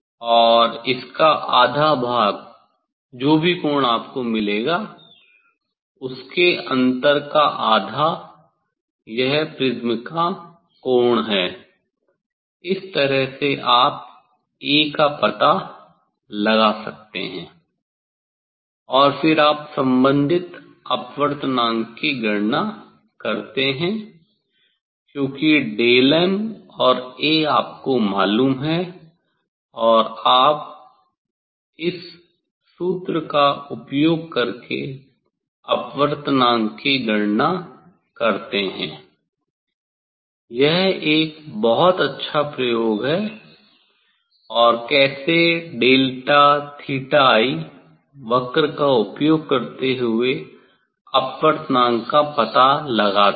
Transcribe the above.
और इसका आधा भाग जो भी कोण आपको मिलेगा उसके अंतर का आधा यह प्रिज्म का कोण है इस तरह से आप 'A' का पता लगा सकते हैं और फिर आप संबंधित अपवर्तनांक की गणना करते हैं क्योंकि डेल m और 'A' आपको मालूम है और आप इस सूत्र का उपयोग करके अपवर्तनांक की गणना करते हैं यह एक बहुत अच्छा प्रयोग है और कैसे डेल्टा थीटा आई 𝝳 𝚹i वक्र का उपयोग करते हुए अपवर्तनांक का पता लगाते है